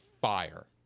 fire